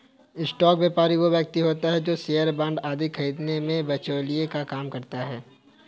stock व्यापारी वो व्यक्ति होता है जो शेयर बांड आदि खरीदने में बिचौलिए का काम करता है